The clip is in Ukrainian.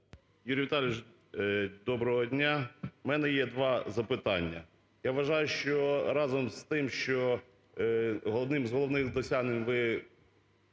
Юрій Віиалійович, доброго дня. У мене є два запитання. Я вважаю, що разом з тим, що одним з головних досягнень ви